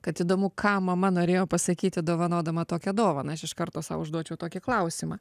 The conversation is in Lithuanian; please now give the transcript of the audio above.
kad įdomu ką mama norėjo pasakyti dovanodama tokią dovaną aš iš karto sau užduočiau tokį klausimą